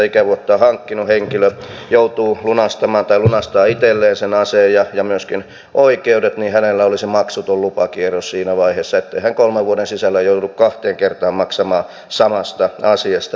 ikävuottaan hankkinut henkilö joutuu lunastamaan tai lunastaa itselleen sen aseen ja myöskin oikeudet niin hänellä olisi maksuton lupakierros siinä vaiheessa ettei hän kolmen vuoden sisällä joudu kahteen kertaan maksamaan samasta asiasta